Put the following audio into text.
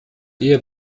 ehe